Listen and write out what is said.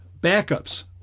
backups